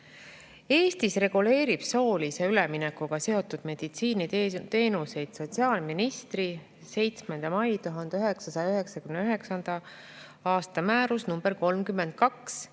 Eestis reguleerib soolise üleminekuga seotud meditsiiniteenuseid sotsiaalministri 7. mai 1999. aasta määrus nr 32